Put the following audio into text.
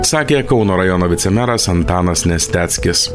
sakė kauno rajono vicemeras antanas nesteckis